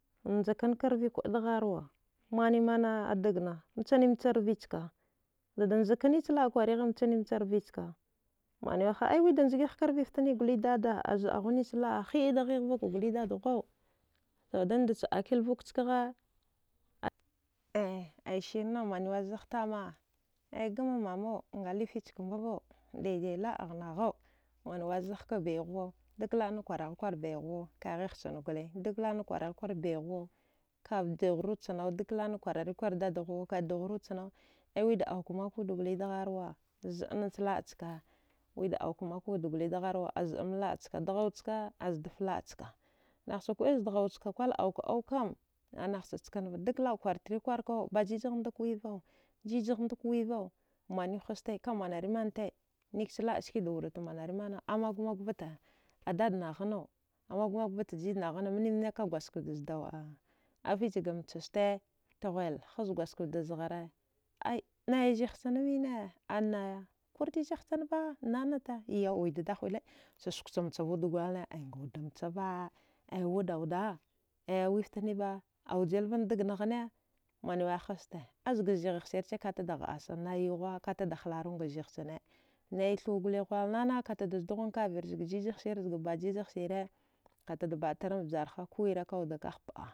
Manjakkanka rvikuəa dgharwa maniman dagna mchancha arvichka dadanjakka nachla kwarigha machnimacha a rvichka maniwha aiwida njgirka rvi ftanne gole dada zəaghunich laəa hiəada ghigh vakagoli dadhua dad dadacha akil vukchkagha eh sirna mawai zaghtama aya gama mamau nga lifichkavau daidai laəaghnaghu mawai zaghka baihuwau daklaəna kwaraghikwar baighuwau kaghigh chna gole duklana kwaraghiwar baighuwa ka dughruwa chna kadlana wararikwar dadghuwa ka dughruwa chna wida auka makwud goli dgharwa azəanach laəchka wida aukawud goli dgharwa azəam laəchka dghau chka azdaflaəcha nahcha kuəil zdghau chka kuɗil auka aukam anahcha chkanva dukla. a kwartrikwarkau bajijhanda kwivau jijghanda kwivau maniw haste kamanarimante nikchlaə skada wurat manarimana a maguwamawg vata adad nagh ghanau amagwamagw vata jijnagh ghanau minimine kagwadjgaftstada zdau a fichga mchaste tghel haz gwadjgaftda zghare ai nayazighcha mine a naya kwarte zighchanba nanata yau wida dahuwile kasuk chamcha vawud gwalne aya ngawudda mchava aya wuda wuda wichaftaniba aujilvan dagna ghne manwe hasta azga zighagh tarchi katada ghəasa ai yighuwa kadata hlarunga zighchane naithu gole huwal nana katada zdghun kavir dga jijaghsi zga bajijaghsire katada baətaran zjarha kuwire bkatada ka hpaəa